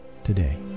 today